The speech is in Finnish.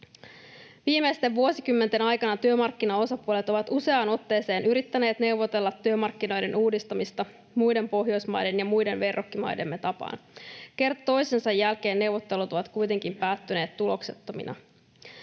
Viimeisten vuosikymmenten aikana työmarkkinaosapuolet ovat useaan otteeseen yrittäneet neuvotella työmarkkinoiden uudistamista muiden Pohjoismaiden ja muiden verrokkimaidemme tapaan. Kerta toisensa jälkeen neuvottelut ovat kuitenkin päättyneet tuloksettomina.